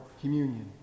communion